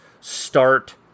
start